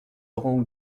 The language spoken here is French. orangs